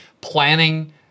planning